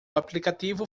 aplicativo